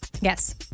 Yes